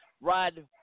Rod